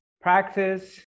practice